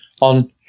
On